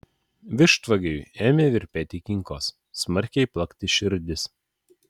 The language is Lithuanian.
vištvagiui ėmė virpėti kinkos smarkiai plakti širdis